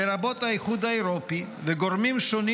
לרבות האיחוד האירופי וגורמים שונים